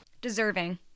Deserving